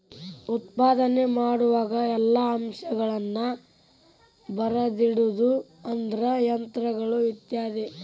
ಉತ್ಪಾದನೆ ಮಾಡುವಾಗ ಎಲ್ಲಾ ಅಂಶಗಳನ್ನ ಬರದಿಡುದು ಅಂದ್ರ ಯಂತ್ರಗಳು ಇತ್ಯಾದಿ